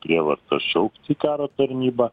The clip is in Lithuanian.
prievarta šaukt į karo tarnybą